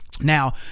Now